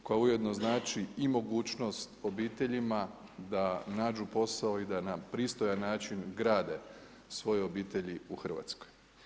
Koja ujedno znači i mogućnost obiteljima da nađu posao i da na pristojan način grade svoje obitelji u Hrvatskoj.